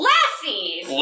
Lassies